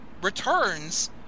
returns